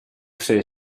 sei